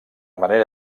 manera